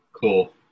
Cool